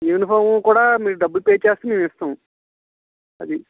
uniform కూడా మీరు డబ్బులు పే చేస్తే మేము ఇస్తాం అది